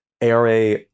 ARA